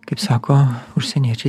kaip sako užsieniečiai